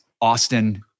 Austin